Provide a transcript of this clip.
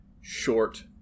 short